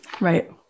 Right